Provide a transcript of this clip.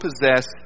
possess